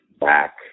back